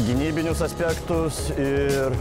gynybinius aspektus ir